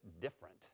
different